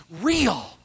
real